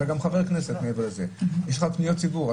אתה גם חבר כנסת מעבר לזה, יש לך פניות ציבור.